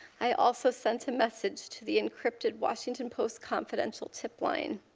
i also sent a message to the encrypted washington post confidential tip line.